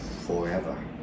forever